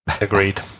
Agreed